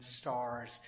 stars